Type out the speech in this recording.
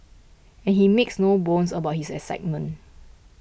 and he makes no bones about his excitement